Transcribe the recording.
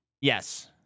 Yes